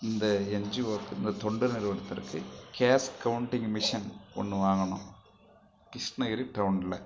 இந்த என்ஜிஓ இந்த தொண்டு நிறுவத்திற்கு கேஷ் கௌண்டிங் மிஷின் ஒன்று வாங்கினோம் கிருஷ்ணகிரி டவுனில்